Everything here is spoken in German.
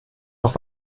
noch